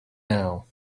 now